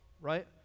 right